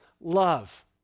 love